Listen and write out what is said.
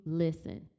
listen